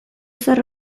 zahar